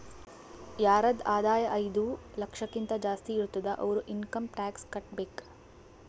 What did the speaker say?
ಯಾರದ್ ಆದಾಯ ಐಯ್ದ ಲಕ್ಷಕಿಂತಾ ಜಾಸ್ತಿ ಇರ್ತುದ್ ಅವ್ರು ಇನ್ಕಮ್ ಟ್ಯಾಕ್ಸ್ ಕಟ್ಟಬೇಕ್